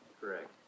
Correct